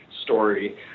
story